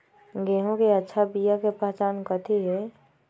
गेंहू के अच्छा बिया के पहचान कथि हई?